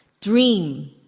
Dream